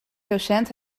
docent